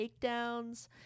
takedowns